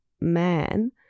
man